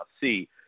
see